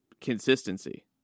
consistency